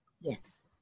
Yes